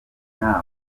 inama